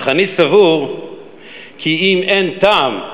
אך אני סבור כי אם אין טעם,